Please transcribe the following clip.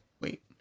wait